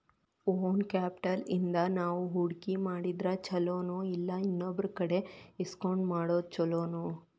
Own capital ಇಂದಾ ನಾವು ಹೂಡ್ಕಿ ಮಾಡಿದ್ರ ಛಲೊನೊಇಲ್ಲಾ ಇನ್ನೊಬ್ರಕಡೆ ಇಸ್ಕೊಂಡ್ ಮಾಡೊದ್ ಛೊಲೊನೊ?